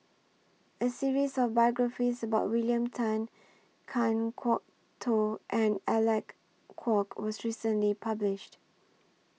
A series of biographies about William Tan Kan Kwok Toh and Alec Kuok was recently published